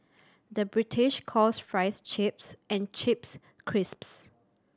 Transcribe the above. the British calls fries chips and chips crisps